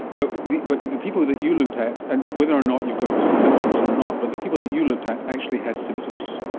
but but the people that you looked at, and whether or not you've got symptoms or not, but the people that you looked at actually had symptoms.